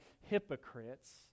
hypocrites